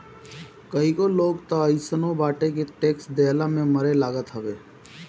कईगो लोग तअ अइसनो बाटे के टेक्स देहला में मरे लागत हवे